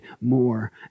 more